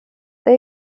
they